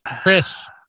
chris